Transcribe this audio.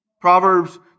Proverbs